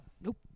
Nope